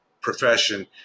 profession